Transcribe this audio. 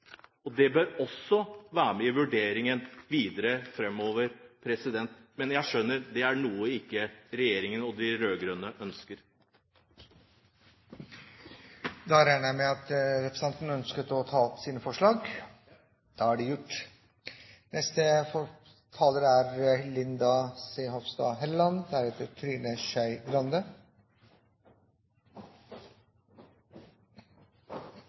offentlige. Det bør også være med i vurderingen videre framover. Men jeg skjønner at det er noe regjeringen og de rød-grønne ikke ønsker. Jeg tar med dette opp forslaget i innstillingen. Representanten Ib Thomsen har tatt opp det forslaget han refererte til. Høyre er